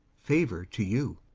favour to you.